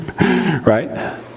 Right